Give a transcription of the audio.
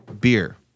Beer